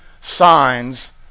signs